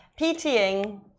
PTing